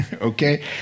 okay